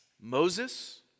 Moses